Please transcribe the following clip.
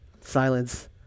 Silence